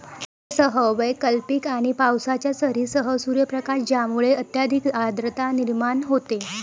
उष्णतेसह वैकल्पिक आणि पावसाच्या सरींसह सूर्यप्रकाश ज्यामुळे अत्यधिक आर्द्रता निर्माण होते